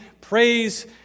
praise